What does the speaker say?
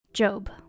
Job